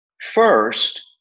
First